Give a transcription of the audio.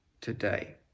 today